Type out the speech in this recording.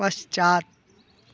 पश्चात्